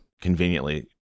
conveniently